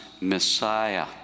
Messiah